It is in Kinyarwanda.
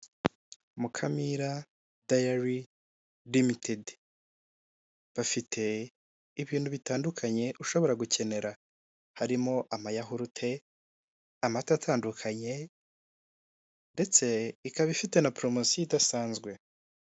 Mukamira dayari rimitedi bafite ibintu bitandukanye ushobora gukenera, harimo amata ,yahurute amata atandukanye ndetse ikaba ifite na poromosiyo idasanzwe.